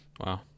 Wow